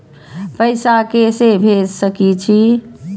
पैसा के से भेज सके छी?